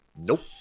nope